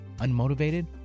unmotivated